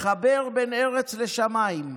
לחבר בין ארץ לשמיים.